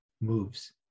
moves